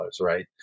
right